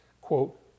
quote